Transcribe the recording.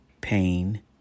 pain